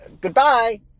Goodbye